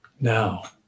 Now